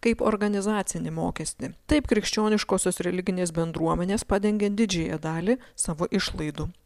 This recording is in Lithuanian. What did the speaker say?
kaip organizacinį mokestį taip krikščioniškosios religinės bendruomenės padengia didžiąją dalį savo išlaidų